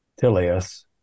Tilius